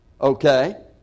Okay